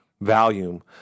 volume